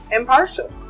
impartial